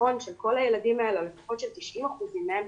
ונכון של כל הילדים האלה או לפחות של 90% מהם